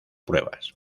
pruebas